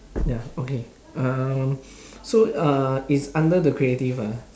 ya okay uh so uh it's under the creative ah